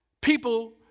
people